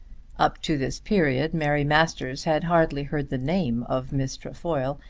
up to this period mary masters had hardly heard the name of miss trefoil,